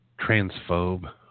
transphobe